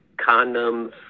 Condoms